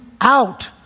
out